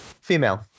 Female